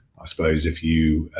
i suppose if you